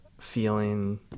feeling